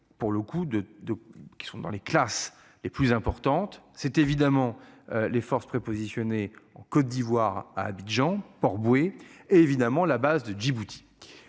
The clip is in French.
Pour le coup de de qui sont dans les classes les plus importantes, c'est évidemment les forces prépositionnées en Côte d'Ivoire à Abidjan Port-Bouët et évidemment la base de Djibouti.